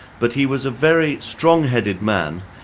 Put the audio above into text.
but he was a very strong-headed man,